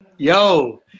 Yo